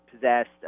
possessed